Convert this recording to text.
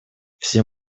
все